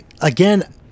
again